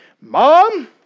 Mom